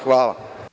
Hvala.